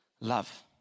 love